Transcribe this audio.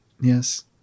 Yes